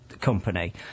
company